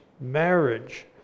marriage